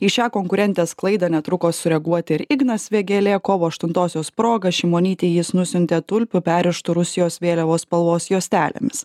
į šią konkurentės klaidą netruko sureaguoti ir ignas vėgėlė kovo aštuntosios proga šimonytei jis nusiuntė tulpių perrištų rusijos vėliavos spalvos juostelėmis